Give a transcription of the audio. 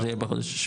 נכון, נכון.